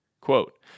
Quote